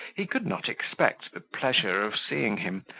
he could not expect the pleasure of seeing him,